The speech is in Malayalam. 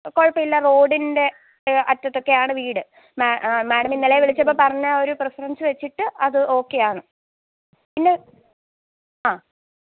കുഴപ്പമില്ല റോഡിന്റെ അറ്റത്തക്കെയാണ് വീട് മേ മേടം ഇന്നലെ വിളിച്ചപ്പം പറഞ്ഞ ആ ഒരു പ്രിഫറൻസ്സ് വെച്ചിട്ട് അത് ഓക്കെയാണ് പിന്നെ ആ